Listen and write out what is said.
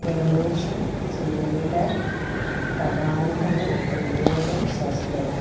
Rameshan Surendran Sadanandan Vinodan Sasidharan